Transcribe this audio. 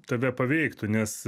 tave paveiktų nes